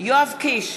יואב קיש,